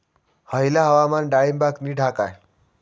हयला हवामान डाळींबाक नीट हा काय?